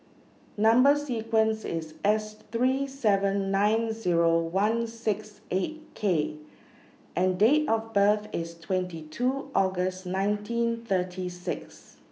Number sequence IS S three seven nine Zero one six eight K and Date of birth IS twenty two August nineteen thirty six